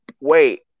wait